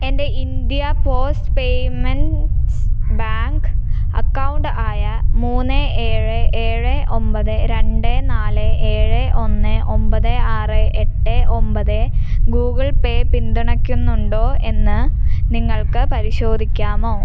എൻ്റെ India post payments bank account ആയ മൂന്ന് ഏഴ് ഏഴ് ഒമ്പത് രണ്ട് നാല് ഏഴ് ഒന്ന് ഒമ്പത് ആറ് എട്ട് ഒമ്പത് ഗൂഗിൾ പേ പിന്തുണയ്ക്കുന്നുണ്ടോ എന്ന് നിങ്ങൾക്ക് പരിശോധിക്കാമോ